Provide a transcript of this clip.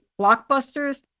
blockbusters